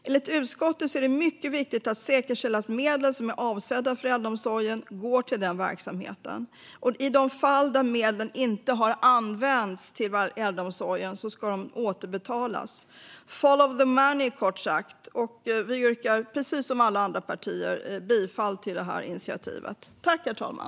Enligt utskottet är det mycket viktigt att säkerställa att de medel som är avsedda för äldreomsorgen går till verksamheten. I de fall där medlen inte har använts till äldreomsorgen ska de återbetalas. Kort sagt: Follow the money! Vänsterpartiet yrkar precis som alla andra partier bifall till utskottets förslag i initiativet.